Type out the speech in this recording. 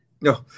No